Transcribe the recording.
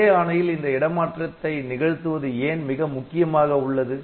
ஒரே ஆணையில் இந்த இடமாற்றத்தை நிகழ்த்துவது ஏன் மிக முக்கியமாக உள்ளது